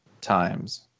times